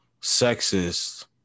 sexist